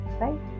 right